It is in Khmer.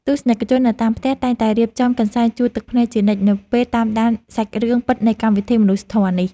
ទស្សនិកជននៅតាមផ្ទះតែងតែរៀបចំកន្សែងជូតទឹកភ្នែកជានិច្ចនៅពេលតាមដានសាច់រឿងពិតនៃកម្មវិធីមនុស្សធម៌នេះ។